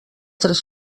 tres